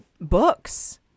books